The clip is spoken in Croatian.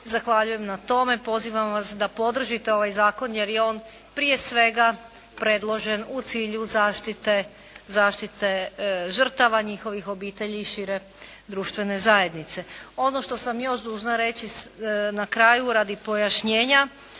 Zahvaljujem na tome. Pozivam vas da podržite ovaj zakon jer je on prije svega predložen u cilju zaštite žrtava, njihovih obitelji i šire društvene zajednice. Ono što sam još dužna reći na kraju, radi pojašnjenja,